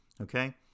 Okay